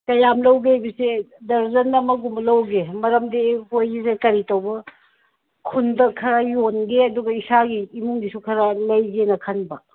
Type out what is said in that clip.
ꯀꯌꯥꯝ ꯂꯧꯒꯦ ꯍꯥꯏꯕꯁꯦ ꯗꯔꯖꯟ ꯑꯃꯒꯨꯝꯕ ꯂꯧꯒꯦ ꯃꯔꯝꯗꯤ ꯑꯩꯈꯣꯏꯒꯤ ꯀꯔꯤ ꯇꯧꯕ ꯈꯨꯟꯗ ꯈꯔ ꯌꯣꯟꯒꯦ ꯑꯗꯨꯒ ꯏꯁꯥꯒꯤ ꯏꯃꯨꯡꯒꯤꯁꯨ ꯈꯔ ꯂꯩꯒꯦꯅ ꯈꯟꯕ